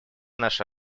наши